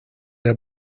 der